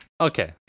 Okay